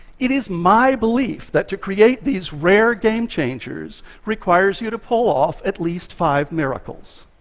it is my belief that to create these rare game changers requires you to pull off at least five miracles.